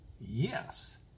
Yes